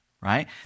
Right